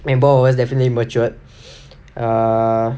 both of us have definitely matured ah